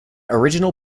original